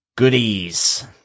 goodies